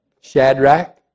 Shadrach